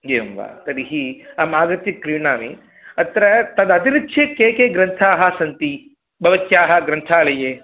एवं वा तर्हि अहमागत्य क्रीणामि अत्र तद् अतिरिच्य के के ग्रन्थाः सन्ति भवत्याः ग्रन्थालये